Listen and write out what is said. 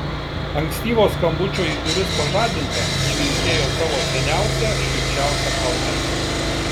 ankstyvo skambučio į duris pažadinta ji vilkėjo savo seniausią šilčiausią chalatą